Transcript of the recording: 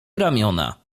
ramiona